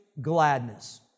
gladness